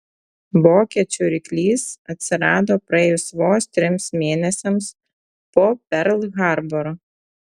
vokiečių ryklys atsirado praėjus vos trims mėnesiams po perl harboro